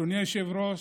אדוני היושב-ראש,